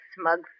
smug